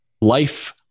Life